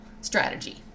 strategy